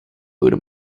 buddha